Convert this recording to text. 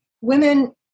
women